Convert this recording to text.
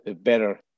better